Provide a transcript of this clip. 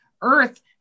earth